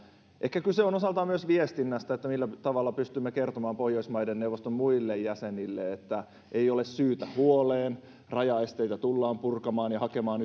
ehkä kyse on osaltaan myös viestinnästä että millä tavalla pystymme kertomaan pohjoismaiden neuvoston muille jäsenille että ei ole syytä huoleen rajaesteitä tullaan purkamaan ja hakemaan